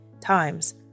times